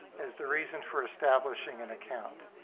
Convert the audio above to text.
as the reason for establishing an account.